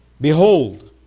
Behold